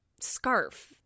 scarf